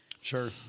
sure